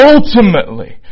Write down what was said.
Ultimately